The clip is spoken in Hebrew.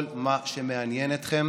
כל מה שמעניין אתכם